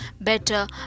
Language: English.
Better